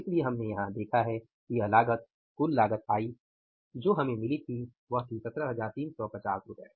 इसलिए हमने यहां देखा है कि यह लागत कुल लागत आयी जो हमें मिली वह थी 17350 है